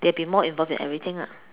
they'll be more involved in everything ah